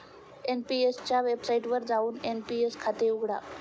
NPS च्या वेबसाइटवर जाऊन एन.पी.एस खाते उघडा